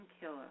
killer